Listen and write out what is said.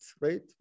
right